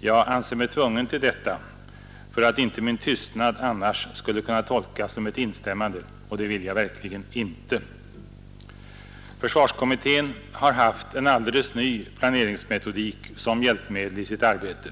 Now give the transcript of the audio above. Jag anser mig tvungen till detta för att inte min tystnad annars skall kunna tolkas som ett instämmande — och det vill jag verkligen inte. Försvarsutredningen har haft en alldeles ny planeringsmetodik som hjälpmedel i sitt arbete.